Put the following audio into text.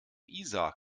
isar